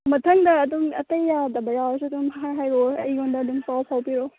ꯃꯊꯪꯗ ꯑꯗꯨꯝ ꯑꯇꯩ ꯌꯥꯗꯕ ꯌꯥꯎꯔꯁꯨ ꯑꯗꯨꯝ ꯍꯥꯏꯔꯛꯑꯣ ꯑꯩꯉꯣꯟꯗ ꯑꯗꯨꯝ ꯀꯣꯜ ꯇꯧꯕꯤꯔꯛꯑꯣ